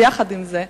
עם זה,